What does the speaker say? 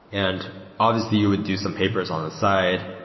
and obviously, you would do some papers on the side.